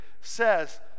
says